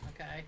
okay